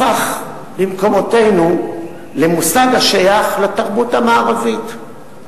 הפך במקומותינו למושג השייך לתרבות המערבית.